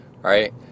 Right